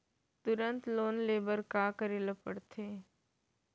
तुरंत लोन ले बर का करे ला पढ़थे?